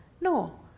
No